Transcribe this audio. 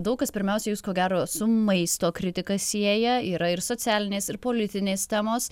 daug kas pirmiausia jus ko gero su maisto kritika sieja yra ir socialinės ir politinės temos